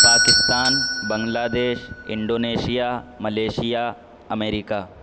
Pakistan Bangladesh Indonesia Malaysia America